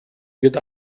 wird